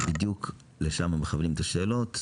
בדיוק לשם מכוונים את השאלות,